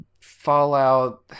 Fallout